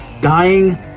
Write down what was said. dying